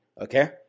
okay